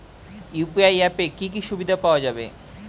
UPI অ্যাপে কি কি সুবিধা পাওয়া যাবে?